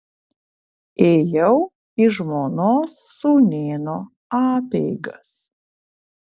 ėjau į žmonos sūnėno apeigas